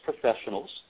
professionals